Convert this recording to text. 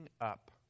up